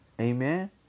Amen